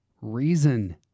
reason